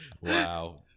Wow